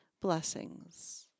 Blessings